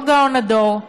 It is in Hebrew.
לא גאון הדור,